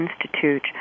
Institute